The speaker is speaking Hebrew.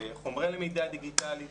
חומרי למידה דיגיטליים.